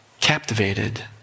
captivated